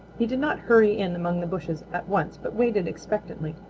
he did not hurry in among the bushes at once but waited expectantly.